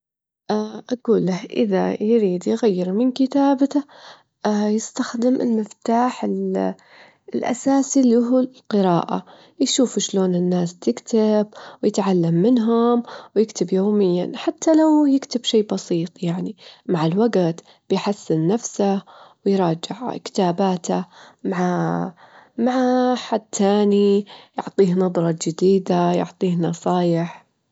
راح أتعلم ثقافات العصور الجديمة، أساعدهم إنهم يحسنون حياتهم، إنهم يستخدمون ويش أعرف أنا دة حين، اللي بعرفه عن العلوم والطب في زمانهم، أبني علاقات جوية مع الناس عشان يطورون مجتمعهم.